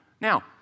Now